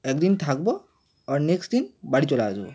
একদিন থাকবো আবার নেক্সট দিন বাড়ি চলে আসবো